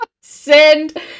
Send